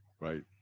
right